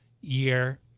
year